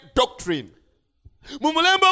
doctrine